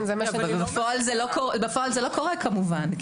ובפועל זה לא קורה כמובן,